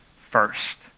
First